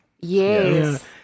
Yes